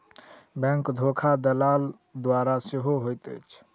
bank धोखा दलाल द्वारा सेहो होइत अछि